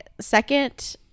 second